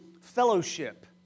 fellowship